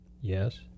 Yes